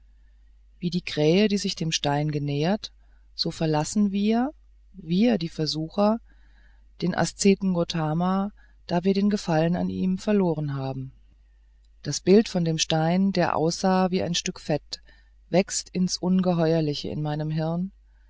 wie die krähe die sich dem stein genähert so verlassen wir wir die versucher den aszeten gotama da wir den gefallen an ihm verloren haben und das bild von dem stein der aussah wie ein stück fett wächst ins ungeheuerliche in meinem hirn